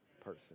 person